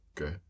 Okay